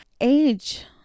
Age